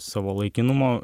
savo laikinumo